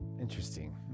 interesting